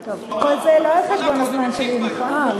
טוב, כל זה לא על חשבון הזמן שלי, נכון?